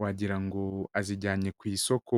wagira ngo azijyane ku isoko.